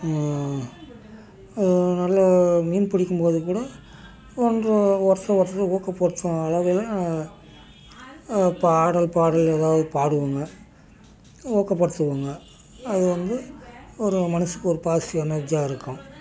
அதனால மீன் பிடிக்கும் போது கூட ஒன்றை வர்சை வர்சை ஊக்கப்படுத்தும் அளவில் பா ஆடல் பாடல் ஏதாவு பாடுவாங்க ஊக்கப்படுத்துவோங்க அது வந்து ஒரு மனசுக்கு ஒரு பாசிட்டிவ் எனர்ஜியாக இருக்கும்